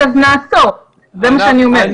אם ירד, אז נרד, זה מה שאני אומרת.